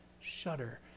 shudder